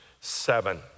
seven